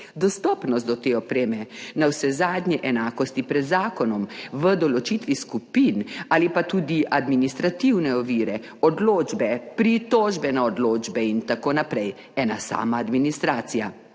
dostopnosti do te opreme, navsezadnje enakosti pred zakonom v določitvi skupin ali pa tudi administrativne ovire, odločbe, pritožbe na odločbe in tako naprej, ena sama administracija.